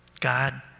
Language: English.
God